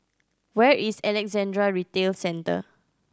where is Alexandra Retail Center